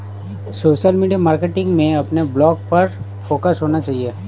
social media marketing में अपने blog पर फोकस होना चाहिए